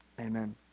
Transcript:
Amen